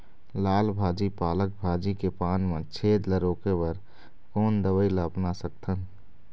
लाल भाजी पालक भाजी के पान मा छेद ला रोके बर कोन दवई ला अपना सकथन?